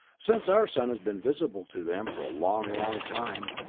since our sun has been visible to them for a long, long time,